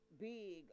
big